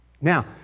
Now